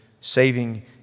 saving